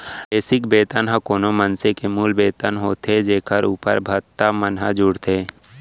basic वेतन ह कोनो मनसे के मूल वेतन होथे जेखर उप्पर भत्ता मन ह जुड़थे